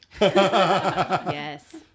Yes